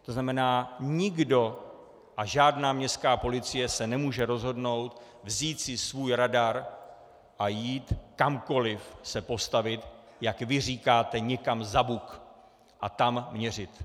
To znamená, nikdo a žádná městská policie se nemůže rozhodnout vzít si svůj radar a jít kamkoli se postavit, jak vy říkáte, někam za buk a tam měřit.